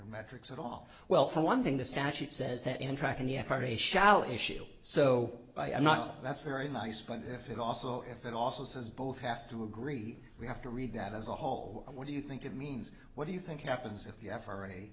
metrics at all well for one thing the statute says that in tracking the effort a shall issue so i'm not that's very nice but if it also if it also says both have to agree we have to read that as a whole what do you think it means what do you think happens if you have already